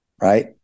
right